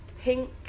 pink